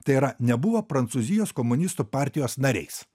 tai yra nebuvo prancūzijos komunistų partijos nariais